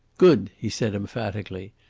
good! he said emphatically.